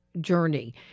journey